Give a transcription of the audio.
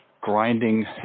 grinding